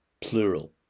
plural